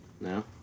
No